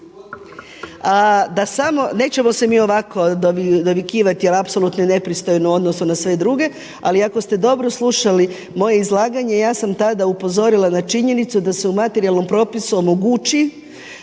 nećemo se mi ovako dovikivati jer je apsolutno nepristojno u odnosu na sve druge. Ali ako ste dobro slušali moje izlaganje ja sam tada upozorila na činjenicu da se u materijalnom propisu omogući